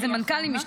שזה מנכ"ל,